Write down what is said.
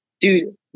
Dude